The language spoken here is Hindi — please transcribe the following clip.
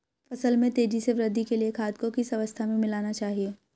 फसल में तेज़ी से वृद्धि के लिए खाद को किस अवस्था में मिलाना चाहिए?